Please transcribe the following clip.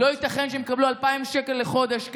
לא ייתכן שהם יקבלו 2,000 שקל לחודש כפיצוי.